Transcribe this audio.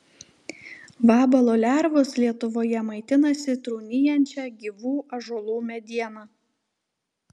vabalo lervos lietuvoje maitinasi trūnijančia gyvų ąžuolų mediena